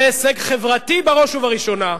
זה הישג חברתי בראש ובראשונה.